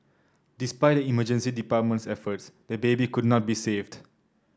despite the emergency department's efforts the baby could not be saved